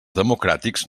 democràtics